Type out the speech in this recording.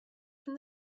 from